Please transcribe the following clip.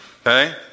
Okay